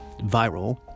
viral